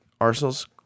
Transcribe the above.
Arsenal's